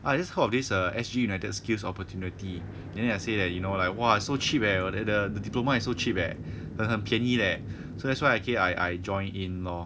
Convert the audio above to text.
I just heard of this err S_G united skills opportunity then I say that you know like !wah! so cheap eh at the diploma is so cheap leh 很很便宜 leh so that's why I ca~ I joined in lor